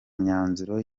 myanzuro